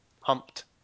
humped